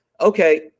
okay